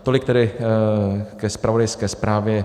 Tolik tedy ke zpravodajské zprávě.